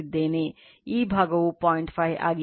5 ಆಗಿದೆ